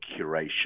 curation